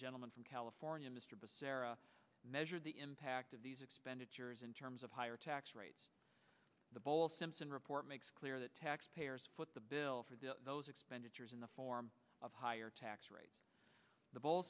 gentleman from california mr basara measure the impact of these expenditures in terms of higher tax rates the boll simpson report makes clear that taxpayers foot the bill for the those expenditures in the form of higher tax rates the bowl